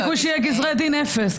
הסיכוי שיהיו גזרי דין אפס.